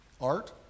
Art